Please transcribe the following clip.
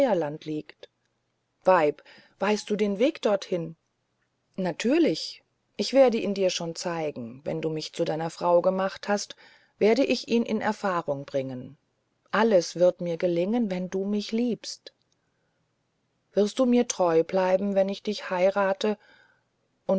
liegt weib weißt du den weg dorthin natürlich ich werde ihn dir schon zeigen wenn du mich zu deiner frau gemacht hast werde ich ihn in erfahrung bringen alles wird mir gelingen wenn du mich liebst wirst du mir treu bleiben wenn ich dich heirate